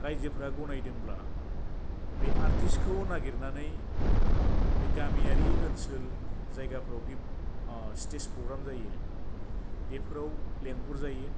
रायजोफ्रा गनायदोंब्ला बे आर्टिस्तखौ नागिरनानै बे गामियारि ओनसोल जायगाफ्रावदि स्टेज प्रग्राम जायो बेफोराव लेंहरजायो